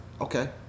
okay